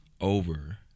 over